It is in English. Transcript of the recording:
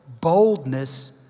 Boldness